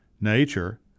Nature